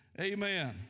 Amen